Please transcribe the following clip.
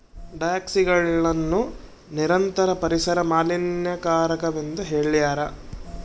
ಡಯಾಕ್ಸಿನ್ಗಳನ್ನು ನಿರಂತರ ಪರಿಸರ ಮಾಲಿನ್ಯಕಾರಕವೆಂದು ಹೇಳ್ಯಾರ